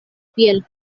piel